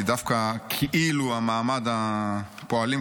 כי דווקא כאילו "מעמד הפועלים",